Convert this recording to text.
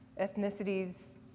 ethnicities